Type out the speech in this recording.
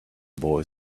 boy